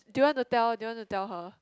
do you want to tell do you want to tell her